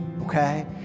okay